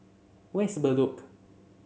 where is Bedok